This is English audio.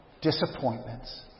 disappointments